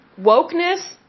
Wokeness